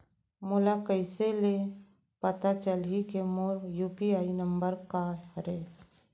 मोला कइसे ले पता चलही के मोर यू.पी.आई नंबर का हरे?